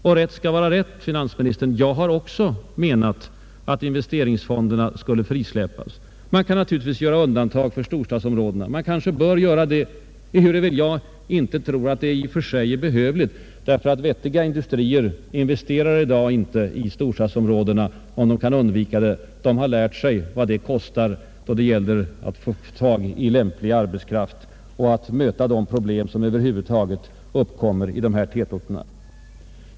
Och rätt skall vara rätt, herr finansminister: Jag har också menat att investeringsfonderna skall frisläppas. Man kan naturligtvis göra undantag för storstadsområdena — man kanske bör göra det, ehuru jag inte tror att det i och för sig är nödvändigt. Vettiga industrier investerar i dag inte i storstadsområdena om de kan undvika det; de har lärt sig vad det kostar att få tag i och behålla lämplig arbetskraft och att möta de problem som uppkommer i tätorterna.